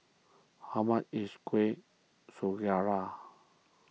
how much is Kueh